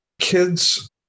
Kids